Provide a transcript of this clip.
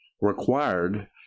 required